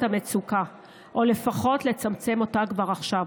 המצוקה או לפחות לצמצם אותה כבר עכשיו.